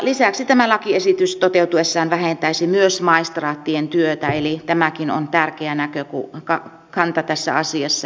lisäksi tämä lakiesitys toteutuessaan vähentäisi myös maistraattien työtä eli tämäkin on tärkeä näkökanta tässä asiassa